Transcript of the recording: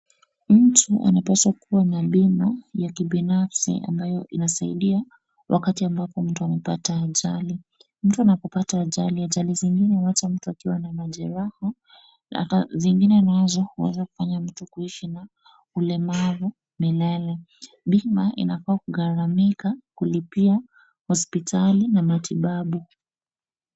Ni mtu anapaswa kuwa na bima ya kibinafsi ambayo inasaidia wakati ambapo mtu amepata ajali. Mtu anapopata ajali, ajali zingine huacha mtu akiwa na majeraha, zingine nazo huweza kufanya mtu kuishi na ulemavu milele. Bima inafaa kukghamika kulipia hospitali na matibabu.